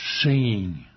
singing